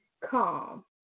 Calm